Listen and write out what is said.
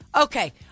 Okay